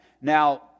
now